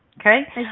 Okay